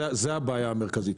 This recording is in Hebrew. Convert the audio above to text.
זאת הבעיה המרכזית,